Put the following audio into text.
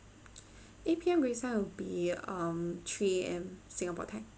eight P_M greece time will be um three A_M singapore time